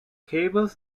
cables